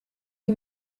who